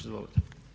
Izvolite.